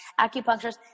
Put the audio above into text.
acupuncturists